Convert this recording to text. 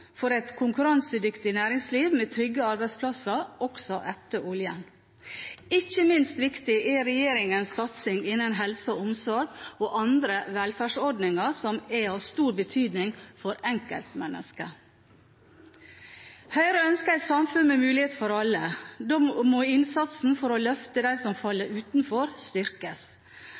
for et konkurransedyktig næringsliv med trygge arbeidsplasser også etter oljen. Ikke minst viktig er regjeringens satsing innen helse og omsorg og andre velferdsordninger som er av stor betydning for enkeltmennesker. Høyre ønsker et samfunn med muligheter for alle. Da må innsatsen for å løfte dem som